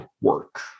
work